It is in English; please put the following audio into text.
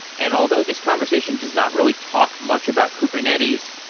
and although this conversation does not really talk much about kubernetes,